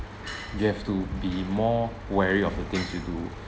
you have to be more wary of the things you do